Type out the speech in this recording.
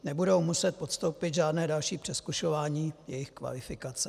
Nebudou muset podstoupit žádné další přezkušování jejich kvalifikace.